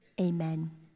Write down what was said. amen